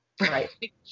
Right